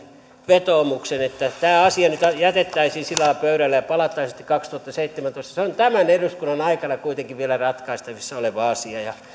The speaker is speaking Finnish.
vetoomuksen että tämä asia nyt jätettäisiin sillä lailla pöydälle ja palattaisiin tähän sitten kaksituhattaseitsemäntoista se on tämän eduskunnan aikana kuitenkin vielä ratkaistavissa oleva asia